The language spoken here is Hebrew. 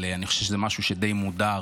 אבל אני חושב שזה משהו שהוא די ממודר